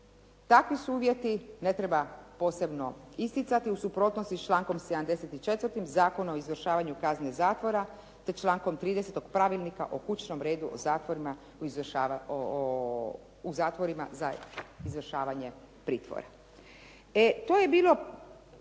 Takvi su uvjeti, ne treba posebno isticati, u suprotnosti s člankom 74. Zakona o izvršavanju kazne zatvora te člankom 30. Pravilnika o kućnom redu u zatvorima za izvršavanje pritvora. To je bilo